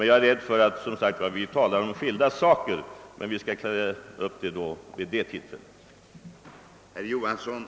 Jag är emellertid rädd för att vi talar om skilda saker, men detta kan klaras upp när utredningsresultatet föreligger.